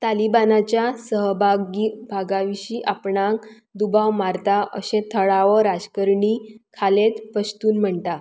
तालिबानाच्या सहभागी भागा विशीं आपणाक दुबाव मारता अशें थळावो राजकरणी खालेद पश्तून म्हणटा